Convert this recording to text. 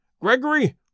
Gregory